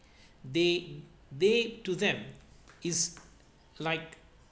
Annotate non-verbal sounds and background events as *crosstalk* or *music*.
*breath* they they to them is like